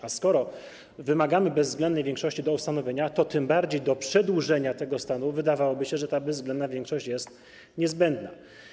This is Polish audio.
A skoro wymagamy bezwzględnej większości do jego ustanowienia, to tym bardziej do przedłużenia tego stanu, wydawałoby się, ta bezwzględna większość jest niezbędna.